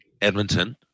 Edmonton